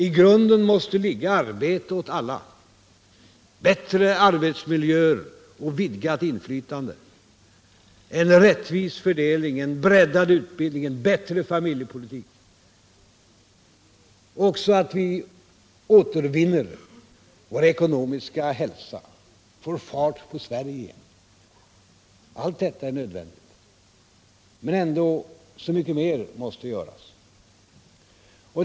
I grunden måste ligga arbete åt alla, bättre arbetsmiljöer och vidgat inflytande, en rättvis fördelning, en breddad utbildning, en bättre familjepolitik och också att vi återvinner vår ekonomiska hälsa, får fart på Sverige. Allt detta är nödvändigt. Men ändå — så mycket mer måste göras.